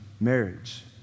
marriage